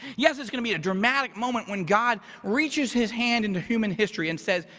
yes, it's gonna be a dramatic moment when god reaches his hand into human history and says,